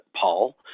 Paul